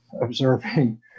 observing